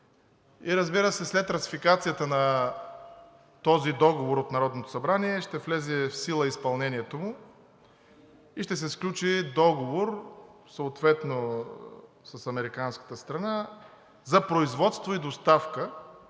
И разбира се, след ратификацията на този договор от Народното събрание ще влезе в сила изпълнението му и ще се сключи договор съответно с американската страна за производство и доставка